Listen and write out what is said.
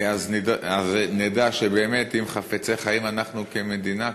אז נדע שבאמת אם חפצי חיים אנחנו כמדינה כאן,